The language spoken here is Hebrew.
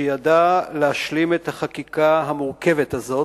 שידע להשלים את החקיקה המורכבת הזו